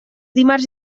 dimarts